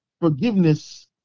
forgiveness